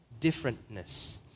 differentness